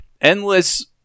endless